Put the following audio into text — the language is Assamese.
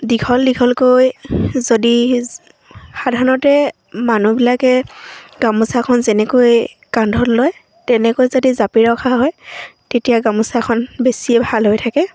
দীঘল দীঘলকৈ যদি সাধাৰণতে মানুহবিলাকে গামোচাখন যেনেকৈ কান্ধত লয় তেনেকৈ যদি জাপি ৰখা হয় তেতিয়া গামোচাখন বেছিয়ে ভাল হৈ থাকে